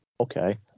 okay